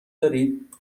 دارید